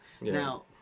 Now